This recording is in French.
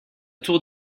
tour